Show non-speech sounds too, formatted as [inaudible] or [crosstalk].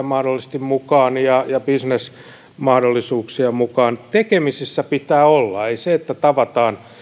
[unintelligible] mahdollisesti kansalaisjärjestöjä ja bisnesmahdollisuuksia mukaan tekemisissä pitää olla ei niin että tavataan